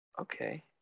Okay